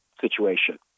situation